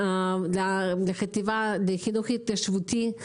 לחטיבה לחינוך התיישבותי.